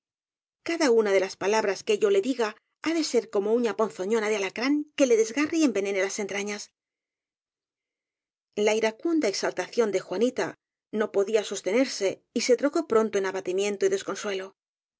cada una de las palabras que yo le diga ha de ser como uña ponzoñosa de ala crán que le desgarre y envenene las entrañas la iracunda exaltación de juanita no podía sos tenerse y se trocó pronto en abatimiento y